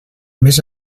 més